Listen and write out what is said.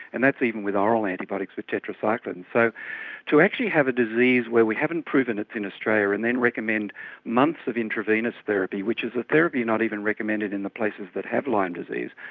and that's even with oral antibiotics, the tetracyclines. so to actually have a disease where we haven't proven it's in australia and then recommend months of intravenous therapy, which is a therapy not even recommended in the places that have lyme disease,